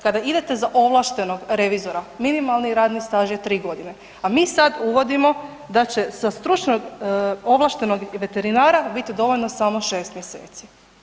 Kada idete za ovlaštenog revizora, minimalni radnih staž je 3 godine, a mi sad uvodimo da će za stručnog ovlaštenog veterinara biti dovoljno samo 6 mjeseci.